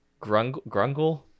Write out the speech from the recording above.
Grungle